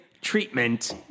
treatment